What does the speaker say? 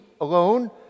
alone